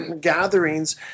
gatherings